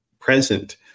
present